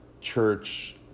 church